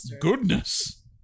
goodness